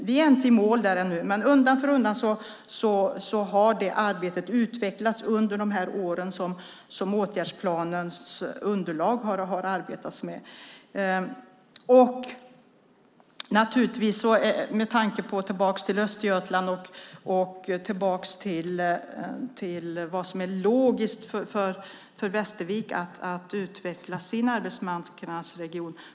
Vi är inte i mål där ännu, men undan för undan har det arbetet utvecklats under de år som man har arbetat med åtgärdsplanens underlag. Jag kommer tillbaka till Östergötland och tillbaka till vad som är logiskt för Västervik när det gäller att utveckla sin arbetsmarknadsregion.